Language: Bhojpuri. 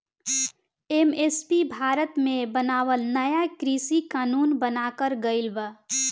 एम.एस.पी भारत मे बनावल नाया कृषि कानून बनाकर गइल बा